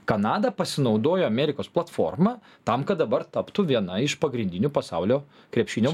kanada pasinaudojo amerikos platforma tam kad dabar taptų viena iš pagrindinių pasaulio krepšinio